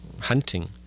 hunting